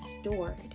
stored